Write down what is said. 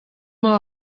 emañ